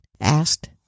asked